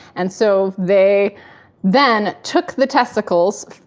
and so they then, took the testicles,